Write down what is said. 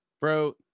bro